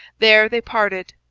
there they parted.